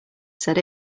said